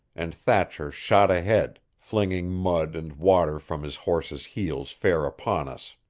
and thatcher shot ahead, flinging mud and water from his horse's heels fair upon us.